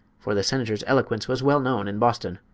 for the senator's eloquence was well known in boston.